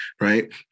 right